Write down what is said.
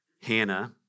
Hannah